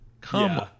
come